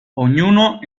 ognuno